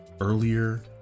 earlier